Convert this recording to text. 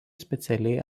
specialiai